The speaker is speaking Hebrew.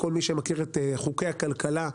כל מי שמכיר את חוקי הכלכלה,